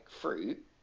fruit